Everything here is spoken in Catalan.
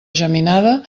geminada